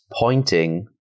pointing